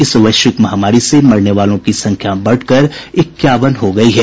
इस वैश्विक महामारी से मरने वालों की संख्या बढ़कर इक्यावन हो गयी है